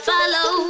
Follow